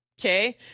okay